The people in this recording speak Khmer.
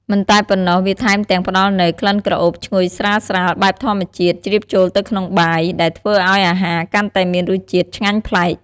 មិនតែប៉ុណ្ណោះ វាថែមទាំងផ្តល់នូវ ក្លិនក្រអូបឈ្ងុយស្រាលៗបែបធម្មជាតិ ជ្រាបចូលទៅក្នុងបាយ ដែលធ្វើឱ្យអាហារកាន់តែមានរសជាតិឆ្ងាញ់ប្លែក។